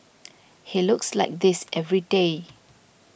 he looks like this every day